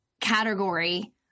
category